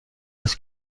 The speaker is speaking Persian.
است